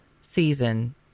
season